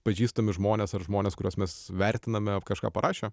pažįstami žmonės ar žmonės kuriuos mes vertiname kažką parašė